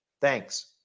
Thanks